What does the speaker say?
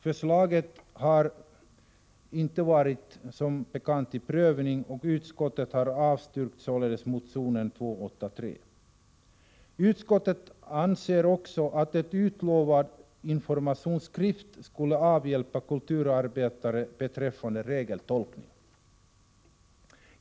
Förslaget har som bekant inte varit föremål för prövning, och utskottet har således avstyrkt motionen 283. Utskottet anser också att en utlovad informationsskrift skulle avhjälpa kulturarbetarnas svårigheter beträffande regeltolkning.